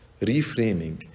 Reframing